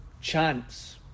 chance